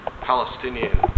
Palestinian